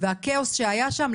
והכאוס שהיה שם,